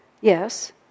yes